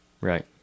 right